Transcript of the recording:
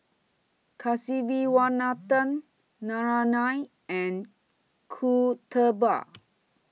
Kasiviswanathan Naraina and Kasturba